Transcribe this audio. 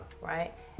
right